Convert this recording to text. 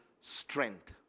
strength